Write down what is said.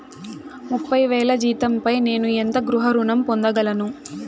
ముప్పై వేల జీతంపై నేను ఎంత గృహ ఋణం పొందగలను?